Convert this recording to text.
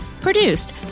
Produced